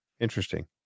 interesting